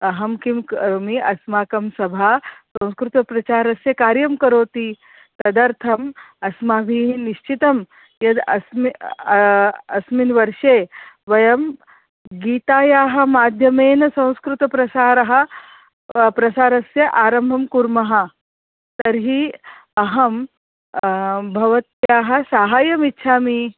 अहं किं करोमि अस्माकं सभा संस्कृतप्रचारस्य कार्यं करोति तदर्थम् अस्माभिः निश्चितं यद् अस्मि अस्मिन् वर्षे वयं गीतायाः माध्यमेन संस्कृतप्रसारः वा प्रसारस्य आरम्भं कुर्मः तर्हि अहं भवत्याः सहायमिच्छामि